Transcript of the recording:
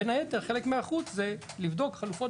בין היתר חלק מההיערכות זה לבדוק חלופות